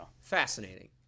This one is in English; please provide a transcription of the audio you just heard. Fascinating